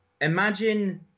imagine